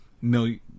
million